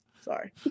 sorry